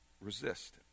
resist